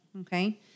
Okay